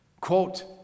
quote